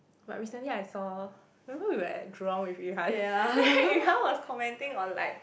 but recently I saw remember we were at Jurong with Yu Han then Yu Han was commenting on like